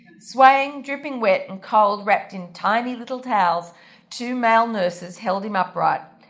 swaying, dripping wet and cold, wrapped in tiny little towels two male nurses held him upright.